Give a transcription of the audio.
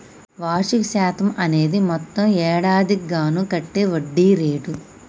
వార్షిక శాతం అనేది మొత్తం ఏడాదికి గాను కట్టే వడ్డీ రేటు